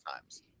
times